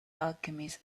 alchemist